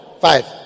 Five